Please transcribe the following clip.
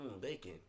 bacon